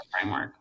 framework